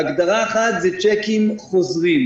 הגדרה אחת צ'קים חוזרים.